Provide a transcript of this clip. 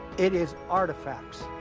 it is artifacts.